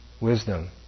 wisdom